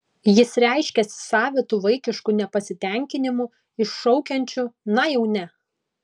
jis reiškiasi savitu vaikišku nepasitenkinimu iššaukiančiu na jau ne